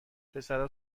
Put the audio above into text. پسرا